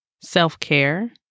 self-care